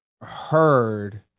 heard